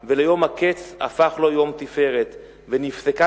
לעולם,/ וליום הקץ הפך לו יום תפארת,/ ונפסקה